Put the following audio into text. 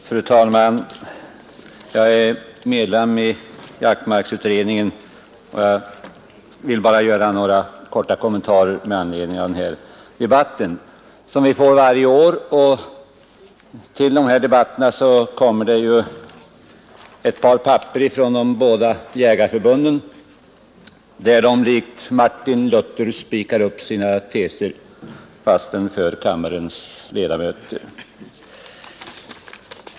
Fru talman! Jag är ledamot av jaktmarksutred ningen och vill här bara göra några korta kommentarer med anledning av denna debatt, som återkommer varje år. Till dessa debatter kommer det alltid in några papper från de båda jägarförbunden, där de likt Martin Luther — fastän för kammarens ledamöter — spikar upp sina teser.